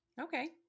Okay